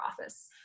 office